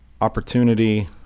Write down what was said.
opportunity